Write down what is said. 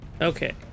Okay